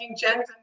gender